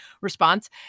response